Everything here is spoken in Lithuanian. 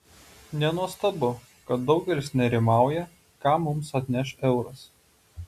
nenuostabu kad daugelis nerimauja ką mums atneš euras